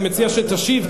אני מציע שתשיב,